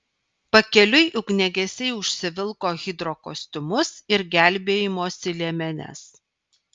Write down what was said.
pakeliui ugniagesiai užsivilko hidrokostiumus ir gelbėjimosi liemenes